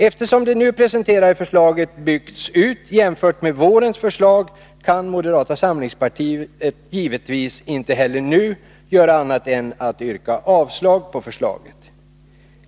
Eftersom det nu presenterade förslaget byggts ut jämfört med vårens förslag kan moderata samlingspartiet givetvis inte heller nu göra annat än att yrka avslag på förslaget.